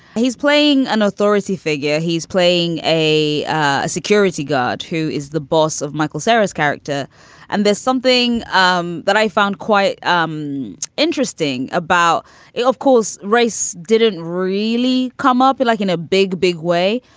he's playing an authority figure. he's playing a a security guard who is the boss of michael saras character and there's something um that i found quite um interesting about it. of course, race didn't really come up like in a big, big way,